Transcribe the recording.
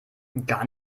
gar